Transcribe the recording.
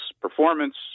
performance